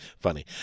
funny